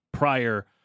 Prior